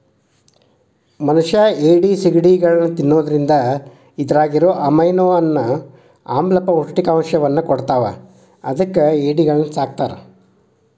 ಮನಷ್ಯಾ ಏಡಿ, ಸಿಗಡಿಗಳನ್ನ ತಿನ್ನೋದ್ರಿಂದ ಇದ್ರಾಗಿರೋ ಅಮೈನೋ ಅನ್ನೋ ಆಮ್ಲ ಪೌಷ್ಟಿಕಾಂಶವನ್ನ ಕೊಡ್ತಾವ ಅದಕ್ಕ ಏಡಿಗಳನ್ನ ಸಾಕ್ತಾರ